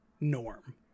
Norm